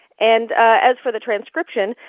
and as for the transcription,